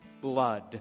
blood